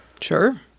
Sure